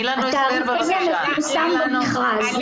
התעריף הזה מפורסם במכרז.